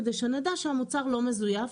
כדי שנדע שהמוצר לא מזויף.